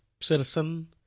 citizen